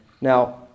Now